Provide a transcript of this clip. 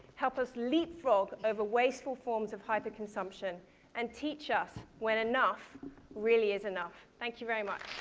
help us leapfrog over wasteful forms of hyper-consumption and teach us when enough really is enough. thank you very much.